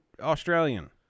Australian